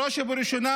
בראש ובראשונה,